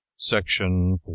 Section